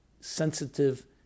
sensitive